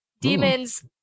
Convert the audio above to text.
demons